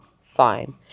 Fine